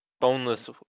boneless